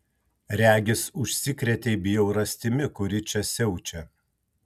regis užsikrėtei bjaurastimi kuri čia siaučia